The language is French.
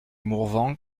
mourvenc